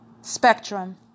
spectrum